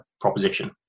proposition